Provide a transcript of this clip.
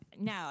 no